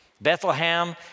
bethlehem